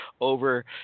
over